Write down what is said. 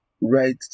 right